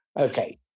Okay